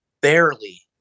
barely